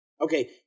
Okay